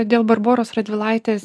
dėl barboros radvilaitės